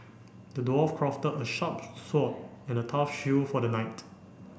the dwarf crafted a sharp sword and a tough shield for the knight